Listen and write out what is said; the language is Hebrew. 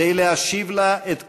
כדי להשיב לה את כבודה,